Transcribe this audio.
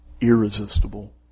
irresistible